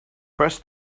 press